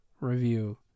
review